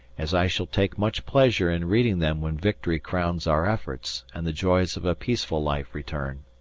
as i shall take much pleasure in reading them when victory crowns our efforts and the joys of a peaceful life return.